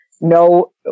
no